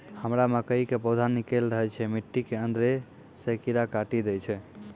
हमरा मकई के पौधा निकैल रहल छै मिट्टी के अंदरे से कीड़ा काटी दै छै?